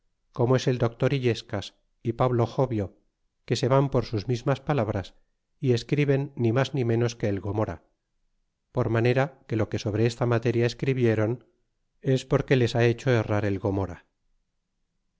como es el doctor illescas y pablo jovio que se van por sus mismas palabras e escriben ni mas ni menos que el gomora por manera que lo que sobre esta materia escribieron es porque les ha hecho errar el gomora